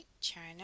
China